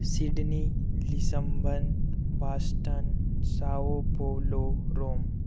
Sydney Lisbon Boston sao paulo Rome